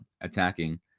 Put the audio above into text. attacking